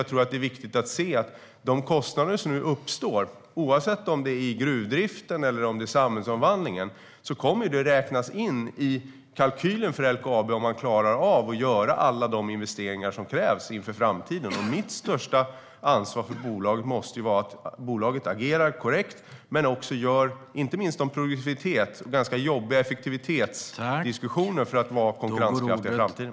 Jag tror att det är viktigt att komma ihåg att de kostnader som nu uppstår, oavsett om det är i gruvdriften eller samhällsomvandlingen, kommer att räknas in i kalkylen för LKAB för att se om man klarar av att göra alla de investeringar som krävs inför framtiden. Mitt största ansvar för bolaget måste vara att se till att bolaget agerar korrekt men också att man för progressivitetsdiskussioner och ganska jobbiga effektivitetsdiskussioner för att vara konkurrenskraftiga i framtiden.